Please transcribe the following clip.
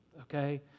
okay